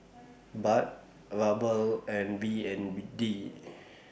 Baht Ruble and B N D